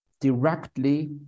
directly